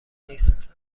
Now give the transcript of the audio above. نیست